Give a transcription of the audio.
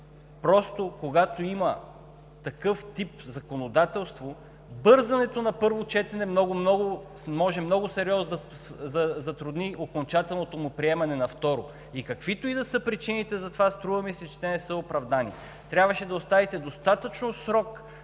Просто, когато има такъв тип законодателство, бързането на първо четене може много сериозно да затрудни окончателното му приемане на второ четене. Каквито и да са причините за това, струва ми се, че не са оправдани. Трябваше да оставите достатъчно срок